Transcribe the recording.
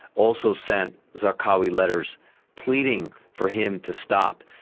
also sent zarqawi letters pleading for him to stop.